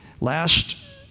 Last